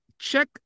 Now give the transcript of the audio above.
check